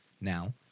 now